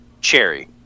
Cherry